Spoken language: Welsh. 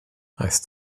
aeth